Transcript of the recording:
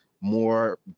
more